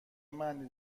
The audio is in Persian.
معنی